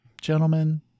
gentlemen